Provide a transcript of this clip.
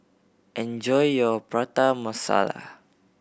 enjoy your Prata Masala